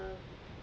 uh